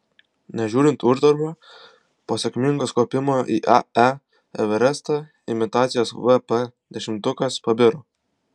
nežiūrint uždarbio po sėkmingos kopimo į ae everestą imitacijos vp dešimtukas pabiro